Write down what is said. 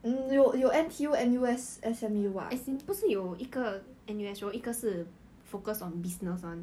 as in 不是有一个 N_U_S 有一个是 focused on business [one]